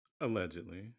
Allegedly